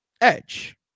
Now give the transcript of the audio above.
Edge